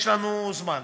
יש לנו זמן.